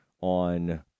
on